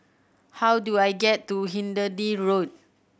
how do I get to Hindhede Road